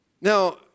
Now